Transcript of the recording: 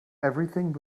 everything